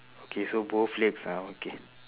okay so both legs ah okay